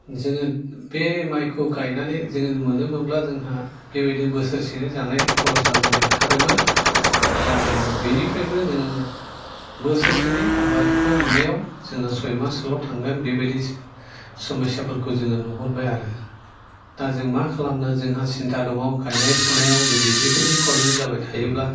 जोङो बे माइखौ गायनानै जोङो मोनोमोमब्ला जोंहा बेबादिनो बोसोरसेनो जानाय खरसा जोंने ओंखारोमोन दा बिनिफ्रायबो जोङो बोसोरसेनि आबादखौ मोनैयाव जोंहा सयमाससोल' थांगोन बेबादि समयसाफोरखौ जोङो नुहुरबाय आरो दा जों मा खालामनो जोंहा सिन्था दङ गायनाय फुनायाव जुदि बेबादि प्रब्लेम जाबाय थायोब्ला